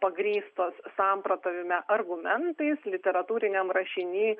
pagrįstos samprotavime argumentais literatūriniam rašiny